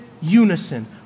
unison